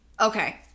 Okay